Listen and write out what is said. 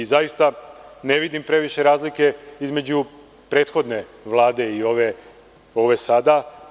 Zaista ne vidim previše razlike između prethodne Vlade i ove sada.